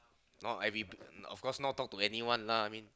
no I repeat of course not talk to anyone lah I mean